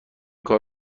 کار